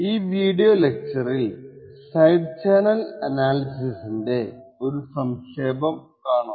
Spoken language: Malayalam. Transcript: ഈ വീഡിയോ ലെക്ച്ചറിൽ സൈഡ് ചാനൽ അനാലിസിസിന്റെ ഒരു സംക്ഷേപം കാണാം